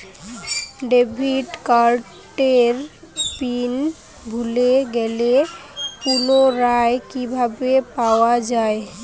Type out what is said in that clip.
Debit কার্ডের pin ভুলে গেলে পুনরায় কিভাবে পাওয়া য়ায়?